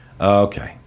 Okay